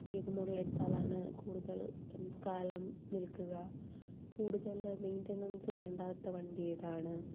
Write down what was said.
ഏത് മോഡലെടുത്തലാണ് കൂടുതൽ കാലം നിൽക്കുക കൂടുതൽ മെയിൻറ്റനൻസ് വേണ്ടാത്ത വണ്ടി ഏതാണ്